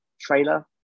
trailer